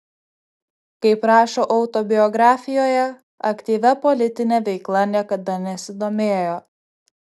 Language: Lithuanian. kaip rašo autobiografijoje aktyvia politine veikla niekada nesidomėjo